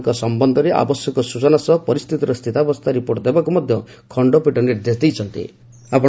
ଆହତ ଲୋକମାନଙ୍କ ସମ୍ଭନ୍ଧରେ ଆବଶ୍ୟକ ସ୍ରଚନା ସହ ପରିସ୍ଥିତିର ସ୍ଥିତାବସ୍ଥା ରିପୋର୍ଟ ଦେବାକୁ ମଧ୍ୟ ଖଣ୍ଡ ପୀଠ ନିର୍ଦ୍ଦେଶ ଦେଇଛନ୍ତି